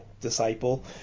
disciple